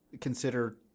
consider